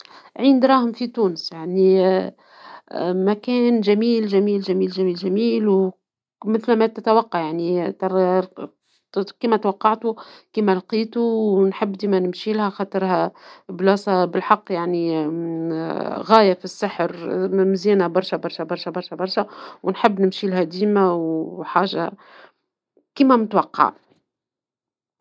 عين الدراهم في تونس يعني مكان جميل جميل جميل ، مثلما تتوقع ، كما توقعتوا كما لقيتوا نحب ديما نمشيلها خاطرها مكان غاية في السحر مزيانة برشا برشا برشا ونحب نمشيلها ديما وحاجة كما متوقعة